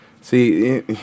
See